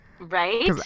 Right